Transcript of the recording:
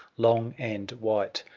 long and white.